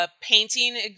painting